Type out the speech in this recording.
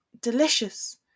Delicious